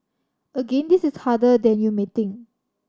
again this is harder than you may think